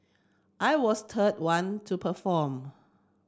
I was third one to perform